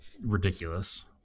ridiculous